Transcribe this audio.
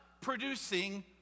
producing